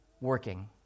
working